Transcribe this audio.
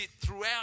throughout